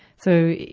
so,